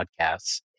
podcasts